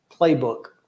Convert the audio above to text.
playbook